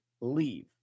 leave